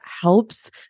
helps